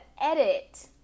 edit